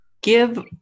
give